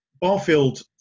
Barfield